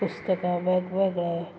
ह्या पुस्तकांत वेग वेगळे